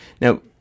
now